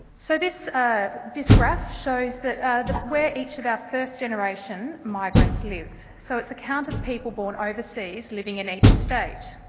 so this ah this graph shows where each of our first-generation migrants live. so, it's a count of people born overseas living in each state.